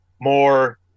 more